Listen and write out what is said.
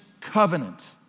covenant